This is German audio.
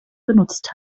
benutzt